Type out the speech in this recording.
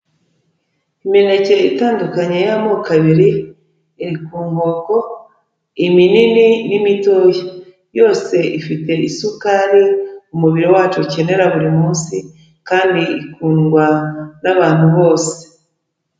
Imineke itandukanye y'amoko abiri, iri ku nkoko iminini n'imitoya. Yose ifite isukari umubiri wacu ukenera buri munsi kandi ikundwa n'abantu bose.